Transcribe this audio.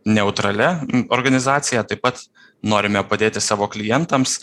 neutralia organizacija taip pat norime padėti savo klientams